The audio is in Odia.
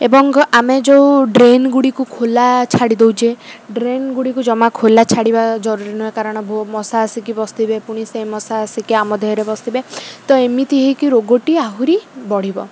ଏବଂ ଆମେ ଯୋଉ ଡ୍ରେନ୍ ଗୁଡ଼ିକୁ ଖୋଲା ଛାଡ଼ି ଦେଉଛେ ଡ୍ରେନ୍ ଗୁଡ଼ିକୁ ଜମା ଖୋଲା ଛାଡ଼ିବା ଜରୁରୀ ନୁହଁ କାରଣ ମଶା ଆସିକି ବସିବେ ପୁଣି ସେ ମଶା ଆସିକି ଆମ ଦେହରେ ବସିବେ ତ ଏମିତି ହେଇକି ରୋଗଟି ଆହୁରି ବଢ଼ିବ